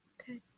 Okay